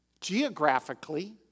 geographically